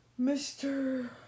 Mr